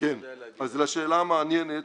אז לשאלה המעניינת,